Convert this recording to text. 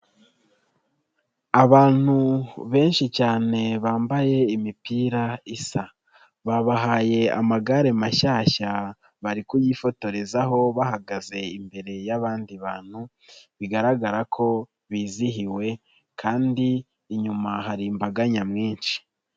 Abantu benshi cyane bambaye imipira isa, babahaye amagare mashyashya bari kuyifotorezaho bahagaze imbere y'abandi bantu bigaragara ko bizihiwe kandi inyuma hari imbaga nyamwinshi.